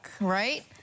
Right